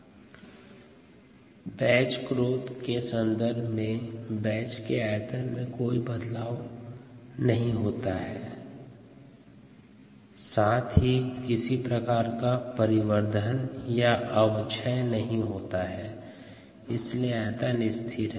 rgddtdxVdt batch growth के सन्दर्भ में बैच के आयतन में कोई बदलाव नहीं है साथ ही किसी प्रकार का परिवर्तन या अवक्षय नहीं है इसलिए आयतन स्थिर रहता है